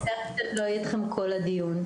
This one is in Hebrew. מצטערת שלא אהיה איתכם כל הדיון.